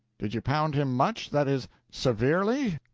did you pound him much that is, severely?